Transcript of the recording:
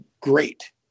great